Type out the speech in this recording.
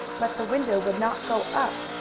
but the window would not go up,